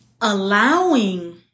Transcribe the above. allowing